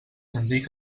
senzill